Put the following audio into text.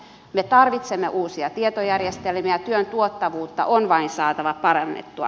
me tarvitsemme uusia tietojärjestelmiä työn tuottavuutta on vain saatava parannettua